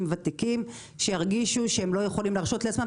ותיקים שירגישו שהם לא יכולים להרשות לעצמם,